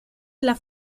las